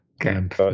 camp